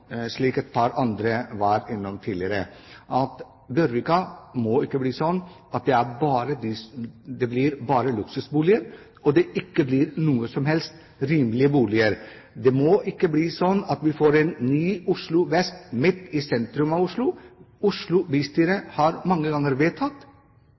slik – som et par andre var innom tidligere – at det bare blir luksusboliger og ingen rimelige boliger i Bjørvika. Det må ikke bli slik at vi får et nytt Oslo vest midt i sentrum av Oslo. Oslo